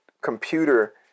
computer